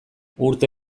urte